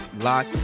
lock